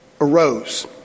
arose